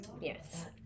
Yes